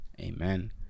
Amen